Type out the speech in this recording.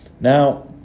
now